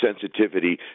sensitivity